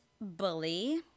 Bully